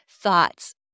thoughts